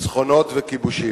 ניצחונות וכיבושים.